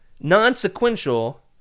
non-sequential